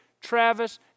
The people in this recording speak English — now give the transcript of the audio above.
Travis